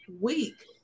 week